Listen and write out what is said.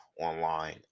online